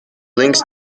links